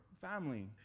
family